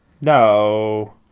No